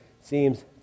seems